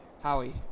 Howie